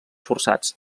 forçats